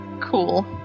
Cool